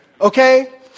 okay